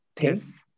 Yes